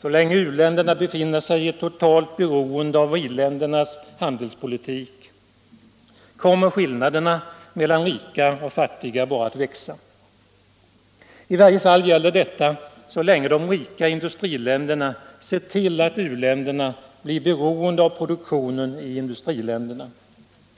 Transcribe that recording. Så länge u-länderna befinner sig i ett totalt beroende av i-ländernas handelspolitik kommer skillnaderna mellan rika och fattiga bara att växa. I varje fall gäller detta så länge de rika industriländerna ser till, att u-länderna blir beroende av produktionen i i-länderna.